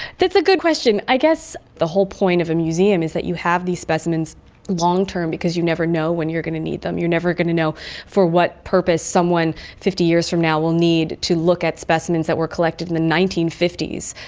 that's a good question. i guess the whole point of a museum is that you have these specimens long-term because you never know when you're going to need them, you're never going to know for what purpose someone fifty years from now will need to look at specimens that were collected in the nineteen fifty s.